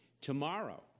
Tomorrow